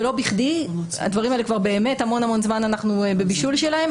ולא בכדי כבר המון המון זמן אנחנו בבישול של הדברים